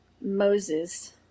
Moses